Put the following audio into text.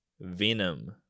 Venom